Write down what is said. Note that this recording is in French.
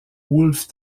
wolf